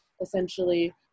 essentially